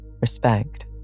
Respect